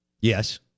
Yes